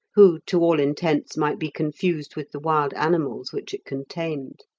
who to all intents might be confused with the wild animals which it contained.